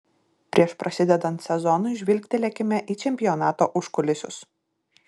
prieš prasidedant sezonui žvilgtelėkime į čempionato užkulisius